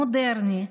מודרני.